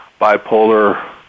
bipolar